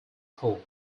pool